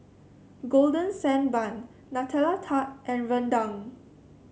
Golden Sand Bun Nutella Tart and rendang